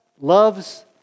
loves